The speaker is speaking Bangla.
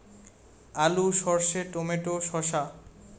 আলু সর্ষে টমেটো শসা